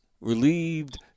relieved